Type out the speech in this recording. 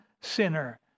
sinner